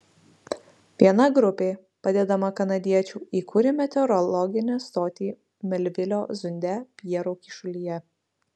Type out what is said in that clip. viena grupė padedama kanadiečių įkūrė meteorologinę stotį melvilio zunde pjero kyšulyje